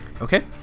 okay